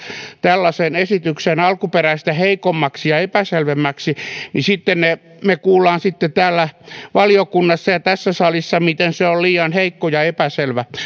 tällaisen esityksen alkuperäistä heikommaksi ja epäselvemmäksi niin sitten me kuulemme valiokunnassa ja tässä salissa miten se on liian heikko ja epäselvä